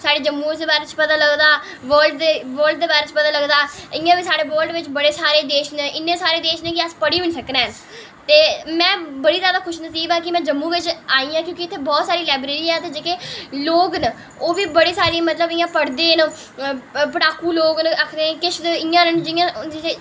साढ़े जम्मू दे बारै च पता चलदा रोज़ दे रोज़ दे बारै च पता चलदा ते इन्ने सारे देश न इन्ने सारे देश न की अस पढ़ी बी नेईं देई सकने न ते में बड़ी जादा खुशनसीब आं की में जम्मू बिच आई ऐ ते इत्थें बड़ी सारी लाईब्रेरी ऐ ते जेह्ड़े लोग न ओह्बी बड़ी सारी मतलब इंया पढ़दे न पढ़ाकु लोग न आक्खदे किश न जियां